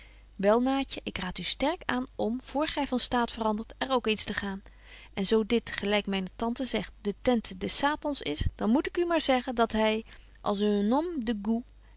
wel naatje ik raad u sterk aan om voor gy van staat verandert er ook eens te gaan en zo dit gelyk myne tante zegt de tente des satans is dan moet ik u maar zeggen dat hy als un